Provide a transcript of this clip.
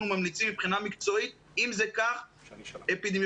ממליצים מבחינה מקצועית שאם זה כך אפידמיולוגית,